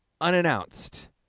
unannounced